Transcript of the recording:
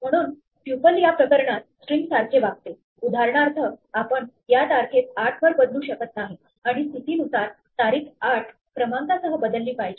म्हणून ट्युपल या प्रकरणात स्ट्रिंग सारखे वागते उदाहरणार्थ आपण या तारखेस 8 वर बदलू शकत नाही आणि स्थितीनुसार तारीख 8 क्रमांकासह बदलली पाहिजे